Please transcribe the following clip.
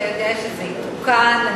אתה יודע שזה יתוקן.